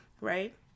Right